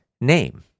name